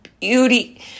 beauty